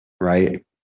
right